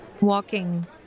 walking